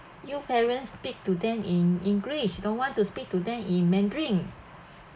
you parents speak to them in english don't want to speak to them in mandarin